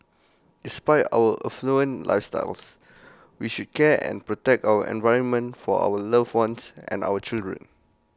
despite our affluent lifestyles we should care and protect our environment for our loved ones and our children